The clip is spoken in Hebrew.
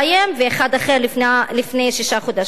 ואחד אחר לפני שישה חודשים.